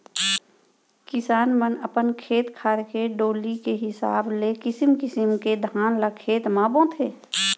किसान मन अपन खेत खार के डोली के हिसाब ले किसिम किसिम के धान ल खेत म बोथें